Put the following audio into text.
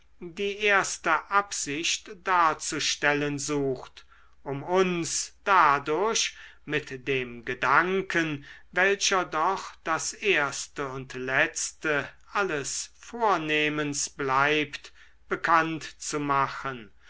die erste absicht darzustellen sucht um uns dadurch mit dem gedanken welcher doch das erste und letzte alles vornehmens bleibt bekannt zu machen